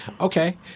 Okay